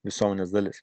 visuomenės dalis